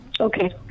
Okay